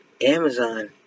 Amazon